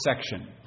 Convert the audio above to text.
section